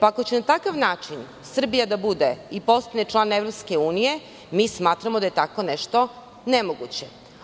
Ako će na takav način Srbija da bude i postane član EU, mi smatramo da je tako nešto nemoguće.